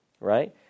right